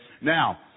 Now